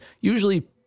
usually